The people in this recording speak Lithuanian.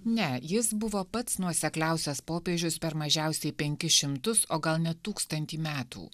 ne jis buvo pats nuosekliausias popiežius per mažiausiai penkis šimtus o gal net tūkstantį metų